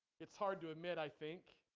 it's hard to admit i think